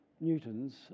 Newton's